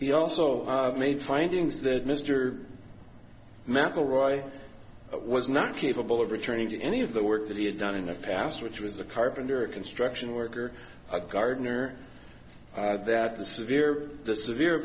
he also made findings that mr mcelroy was not capable of returning to any of the work that he had done in the past which was a carpenter a construction worker a gardener that is severe the severe